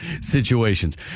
situations